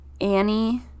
Annie